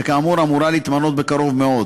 שכאמור אמורה להתמנות בקרוב מאוד.